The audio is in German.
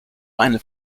eine